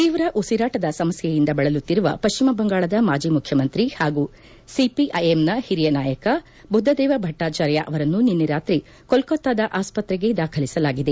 ತೀವ್ರ ಉಸಿರಾಟದ ಸಮಸ್ಕೆಯಿಂದ ಬಳಲುತ್ತಿರುವ ಪಶ್ಚಿಮ ಬಂಗಾಳದ ಮಾಜಿ ಮುಖ್ಯಮಂತ್ರಿ ಹಾಗೂ ಸಿಪಿಐಎಂನ ಹಿರಿಯ ನಾಯಕ ಬುದ್ದದೇವ ಭಟ್ಗಾಚಾರ್ಯ ಅವರನ್ನು ನಿನ್ನೆ ರಾತ್ರಿ ಕೋಲ್ತತ್ತಾದ ಆಸ್ತ್ರೆಗೆ ದಾಖಲಿಸಲಾಗಿದೆ